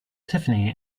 tiffany